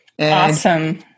Awesome